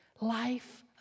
life